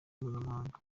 mpuzamahanga